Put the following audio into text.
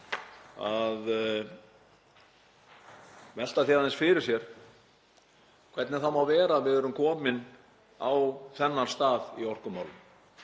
að velta aðeins fyrir sér hvernig það má vera að við séum komin á þennan stað í orkumálum,